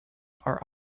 are